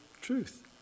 truth